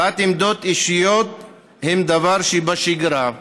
הבעת עמדות אישיות הן דבר שבשגרה,